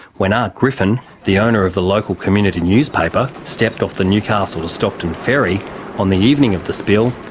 when ark griffin, the owner of the local community newspaper, stepped off the newcastle to stockton ferry on the evening of the spill,